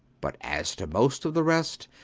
but as to most of the rest,